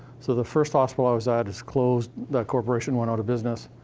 so the first hospital i was at is closed the corporation went out of business.